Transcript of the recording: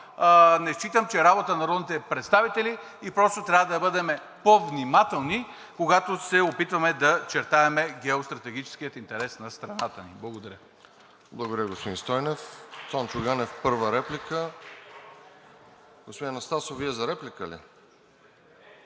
не считам, че е работа на народните представители. Просто трябва да бъдем по-внимателни, когато се опитваме да чертаем геостратегическия интерес на страната ни. Благодаря.